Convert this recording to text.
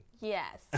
Yes